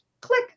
click